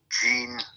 gene